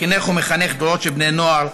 חינך ומחנך דורות של בני נוער,